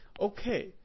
Okay